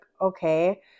okay